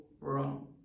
wrong